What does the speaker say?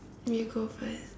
you go first